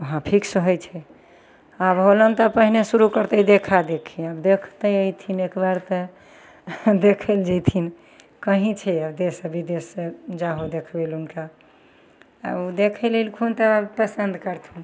तऽ वहाँ फिक्स होइ छै आब होलन तऽ पहिने शुरू करतय देखादेखी देखतय एथिन एक बार तऽ देखय लए जेथिन कहीँ छै देश विदेश जा हो देखय लए हुनका आओर ओ देखय लए एलखुन तऽ पसन्द करथुन